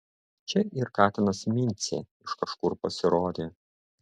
čia ir katinas mincė iš kažkur pasirodė